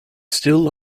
still